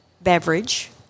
beverage